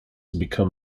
become